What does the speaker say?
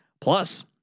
plus